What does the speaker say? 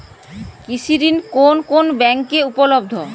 কৃষি ঋণ কোন কোন ব্যাংকে উপলব্ধ?